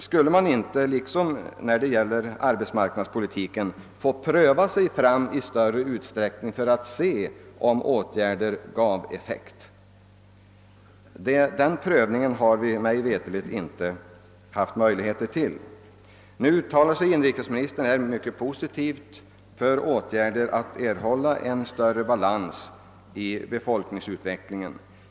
Skulle man inte därvidlag liksom när det gäller arbetsmarknadspolitiken kunna få pröva sig fram i större utsträckning för att se om åtgärderna ger effekt? Den prövningen har vi mig veterligt inte haft möjligheter att göra på grund av att socialdemokraterna avvisat den. Nu uttalar sig inrikesministern positivt om åtgärder som syftar till att skapa större balans i befolkningsutvecklingen.